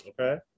Okay